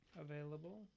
available